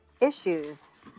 issues